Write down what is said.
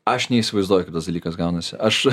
aš neįsivaizduoju kaip tas dalykas gaunasi aš